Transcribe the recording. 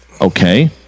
Okay